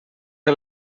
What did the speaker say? que